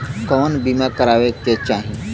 कउन बीमा करावें के चाही?